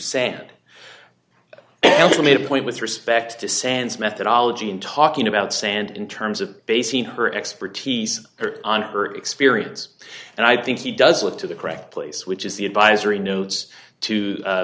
sand and i made a point with respect to sans methodology in talking about sand in terms of basing her expertise her on her experience and i think he does look to the correct place which is the advisory notes to